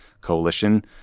coalition